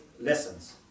lessons